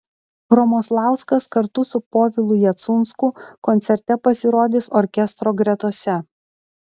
romoslauskas kartu su povilu jacunsku koncerte pasirodys orkestro gretose